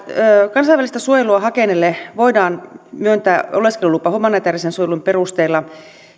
kansainvälistä suojelua hakeneille voidaan myöntää oleskelulupa humanitäärisen suojelun perusteella